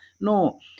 no